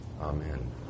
Amen